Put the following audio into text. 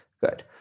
Good